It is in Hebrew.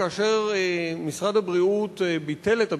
כאשר משרד הבריאות ביטל את המכרז,